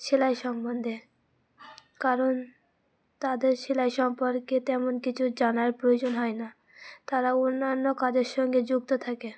সেলাই সম্বন্ধে কারণ তাদের সেলাই সম্পর্কে তেমন কিছু জানার প্রয়োজন হয় না তারা অন্যান্য কাজের সঙ্গে যুক্ত থাকে